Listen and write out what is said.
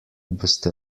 boste